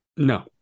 No